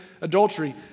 adultery